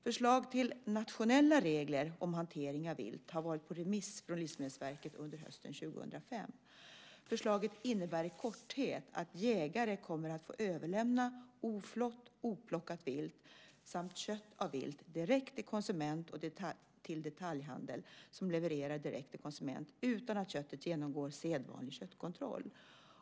Förslag till nationella regler om hantering av vilt har varit på remiss från Livsmedelsverket under hösten 2005. Förslaget innebär i korthet att jägare kommer att få överlämna oflått eller oplockat vilt samt kött av vilt direkt till konsument och till detaljhandel som levererar direkt till konsument utan att köttet genomgår sedvanlig köttkontroll.